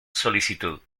solicitud